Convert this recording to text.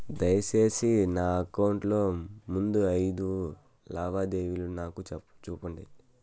దయసేసి నా అకౌంట్ లో ముందు అయిదు లావాదేవీలు నాకు చూపండి